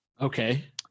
okay